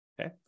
okay